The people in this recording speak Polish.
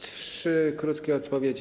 Trzy krótkie odpowiedzi.